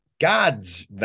god's